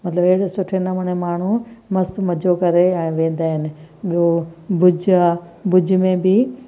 मतिलबु अहिड़े सुठे नमूने माण्हू मस्तु मज़ो करे ऐं वेंदा आहिनि ॿियो भुज आहे भुज में बि